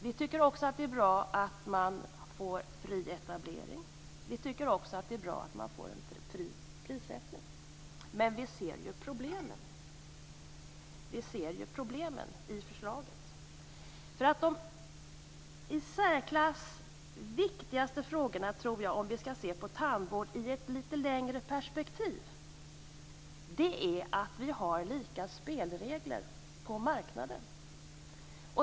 Vi tycker också att det är bra att det blir fri etablering och en fri prissättning. Men vi ser ju problemen i förslaget. Den i särklass viktigaste frågan, om man skall se på tandvård i ett litet längre perspektiv, är att det är lika spelregler på marknaden.